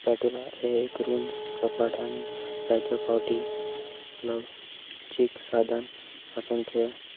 पेटोला हे एक रूंद सपाट आनी जायत फावटी लवचीक साधन आसून ते